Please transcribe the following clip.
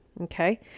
okay